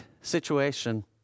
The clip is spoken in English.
situation